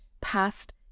past